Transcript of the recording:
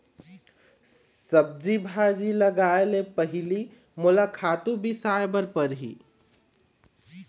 सब्जी भाजी लगाए ले पहिली मोला खातू बिसाय बर परही